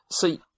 See